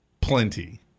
Plenty